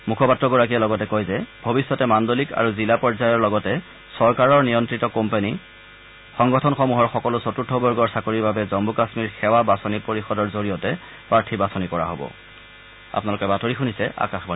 মুখপাত্ৰগৰাকীয়ে লগতে কয় যে ভৱিষ্যতে মাণ্ডলিক আৰু জিলা পৰ্যায়ৰ লগতে চৰকাৰ নিয়ন্ত্ৰিত কোম্পানী সংগঠনসমূহৰ সকলো চতুৰ্থ বৰ্গৰ চাকৰিৰ বাবে জম্মু কাশ্মীৰ সেৱা বাছনি পৰিষদৰ জৰিয়তে প্ৰাৰ্থী বাছনি কৰা হ'ব